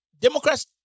Democrats